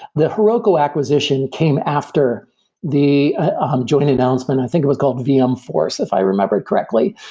the heroku acquisition came after the ah um joint announcement. i think it was called vmforce, if i remember it correctly,